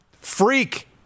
freak